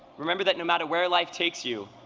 remember that no matter where life takes you,